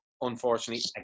Unfortunately